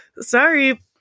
sorry